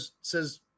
says